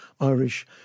Irish